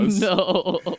No